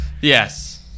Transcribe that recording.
Yes